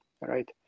right